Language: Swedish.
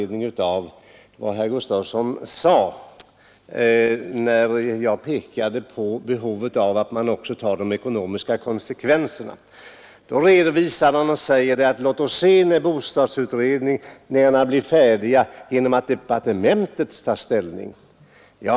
Då jag pekade på behovet av att man också tar de ekonomiska konsekvenserna, sade herr Gustavsson att låt oss se när bostadsutredningarna blir färdiga och departementet tar ställning.